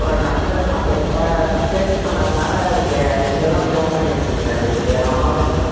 அப்புறம் நம்பர் காண்டக்ட்டில மெசேஜி பண்ணதுனால இங்கே நீங்கள் தான் ஃபோன் பண்ணியிருக்கீங்கலாட்டுக்குது ஆமாவா இல்லையா